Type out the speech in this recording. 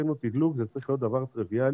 מבחינתנו תדלוק זה צריך להיות דבר טריוויאלי,